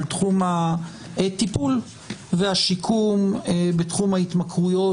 על תחום הטיפול והשיקום בתחום ההתמכרויות.